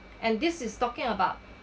and this is talking about